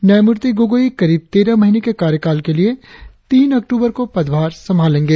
न्यानमूर्ति गोगोई करीब तेरह महीने के कार्यकाल के लिए तीन अक्टूबर को पदभार संभालेंगे